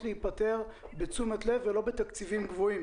להיפתר בתשומת לב ולא בתקציבים גבוהים.